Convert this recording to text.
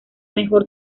mejor